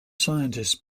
scientists